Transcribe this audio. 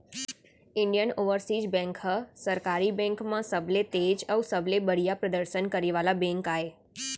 Indian Overseas Bank ह सरकारी bank म सबले तेज अउ सबले बड़िहा परदसन करे वाला बेंक आय